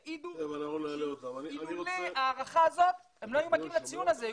הם יעידו שלולא ההארכה הזאת הם לא היו מגיעים לציון הזה,